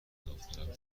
داوطلب